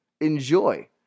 enjoy